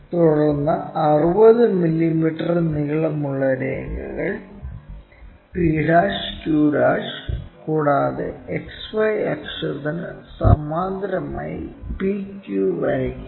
തുടർന്ന് 60 മില്ലീമീറ്റർ നീളമുള്ള രേഖകൾ p' q' കൂടാതെ XY അക്ഷത്തിന് സമാന്തരമായി p q വരയ്ക്കുക